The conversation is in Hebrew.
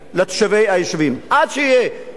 עד שיהיה הפתרון המיוחל,